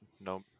No